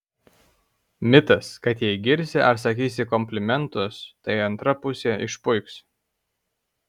mitas kad jei girsi ar sakysi komplimentus tai antra pusė išpuiks